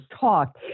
talk